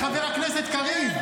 המציאות, חבר הכנסת קריב.